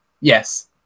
Yes